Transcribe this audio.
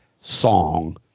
song